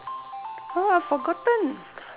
forgotten